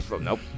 Nope